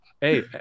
hey